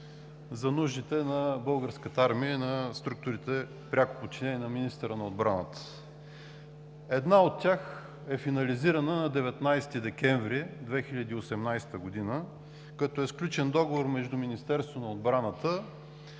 за нуждите на Българската армия и на структурите, пряко подчинени на министъра на отбраната. Една от тях е финализирана на 19 декември 2018 г., като е сключен договор между Министерството на отбраната